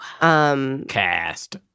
Cast